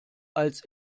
als